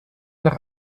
nach